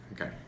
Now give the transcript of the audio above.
Okay